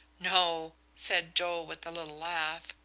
no, said joe, with a little laugh,